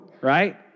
right